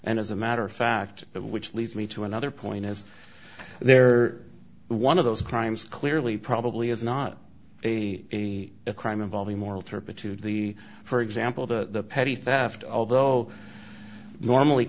and as a matter of fact which leads me to another point is there one of those crimes clearly probably is not a crime involving moral turpitude the for example the petty theft although normally